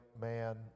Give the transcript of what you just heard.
man